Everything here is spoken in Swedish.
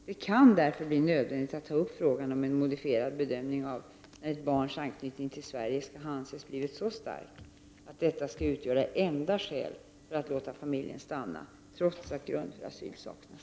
Det kan därför bli nödvändigt att ta upp frågan om en modifierad bedömning av när ett barns anknytning till Sverige skall anses ha blivit så stark att detta skall utgöra enda skäl för att låta familjen stanna trots att grund för asyl saknas.